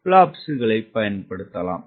பிளாப்ஸ்களை பயன்படுத்தி